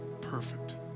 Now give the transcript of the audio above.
Perfect